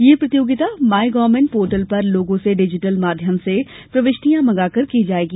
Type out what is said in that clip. यह प्रतियोगिता my government portal पर लोगों से डिजिटल माध्यम से प्रविष्टियां मंगाकर की जाएगी